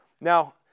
Now